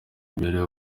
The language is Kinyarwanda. imbere